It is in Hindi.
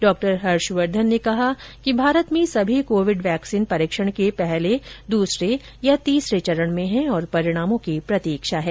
डॉक्टर हर्षवर्धन ने कहा कि भारत में सभी कोविड वैक्सीन परीक्षण के पहले दूसरे या तीसरे चरण में हैं और परिणामों की प्रतीक्षा है